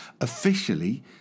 Officially